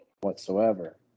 whatsoever